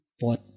pot